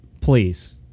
please